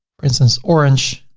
for instance, orange,